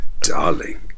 darling